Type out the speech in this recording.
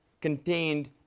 contained